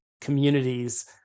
communities